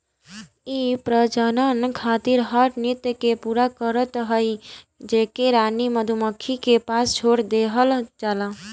इ प्रजनन खातिर हर नृत्य के पूरा करत हई जेके रानी मधुमक्खी के पास छोड़ देहल जाला